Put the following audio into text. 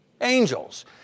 Angels